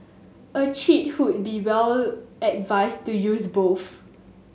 a cheat would be well advised to use both